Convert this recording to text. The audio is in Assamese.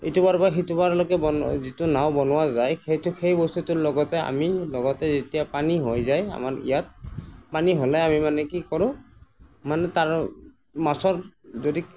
ইটো পাৰৰ পৰা সিটো পাৰলৈকে বনো যিটো নাওঁ বনোৱা যায় সেইটো সেই বস্তুটোৰ লগতে আমি লগতে যেতিয়া পানী হৈ যায় আমাৰ ইয়াত পানী হ'লে আমি মানে কি কৰোঁ মানে তাৰ মাছৰ যদি